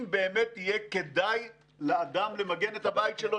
אם באמת יהיה כדאי לאדם למגן את הבית שלו,